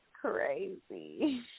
crazy